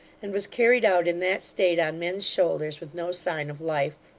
and was carried out in that state on men's shoulders, with no sign of life.